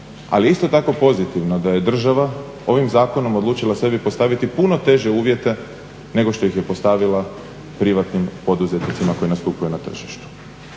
ali isto tako pozitivno da je država ovim zakonom odlučila sebi postaviti puno teže uvjete nego što ih je postavila privatnim poduzetnicima koji nastupaju na tržištu.